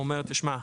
הוא אמר לי 'תשמע,